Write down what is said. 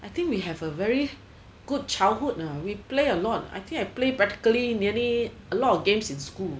I think we have a very good childhood now we play a lot I think I play practically nearly a lot of games in school